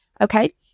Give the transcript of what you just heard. Okay